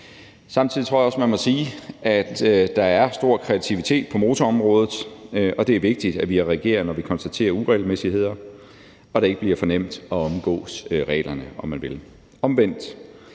Samtidig tror jeg også, man må sige, at der er stor kreativitet på motorområdet, og det er vigtigt, at vi reagerer, når vi konstaterer uregelmæssigheder, og at det ikke bliver for nemt at omgå reglerne, om man vil. Omvendt